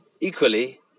Equally